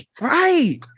Right